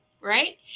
right